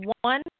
one